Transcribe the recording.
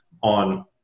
on